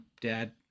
Dad